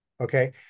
okay